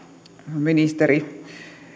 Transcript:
ministeri